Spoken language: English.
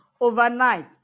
overnight